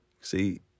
See